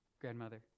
Grandmother